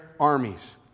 armies